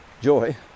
Joy